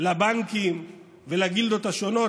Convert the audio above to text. לבנקים ולגילדות השונות,